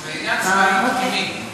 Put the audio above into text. זה עניין צבאי פנימי.